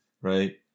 right